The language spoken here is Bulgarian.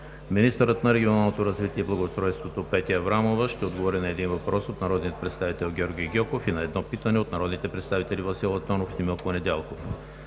Министърът на регионалното развитие и благоустройството Петя Аврамова ще отговори на един въпрос от народния представител Георги Гьоков и на едно питане от народните представители Васил Антонов и Милко Недялков.